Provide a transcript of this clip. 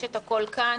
יש את הכול כאן,